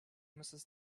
mrs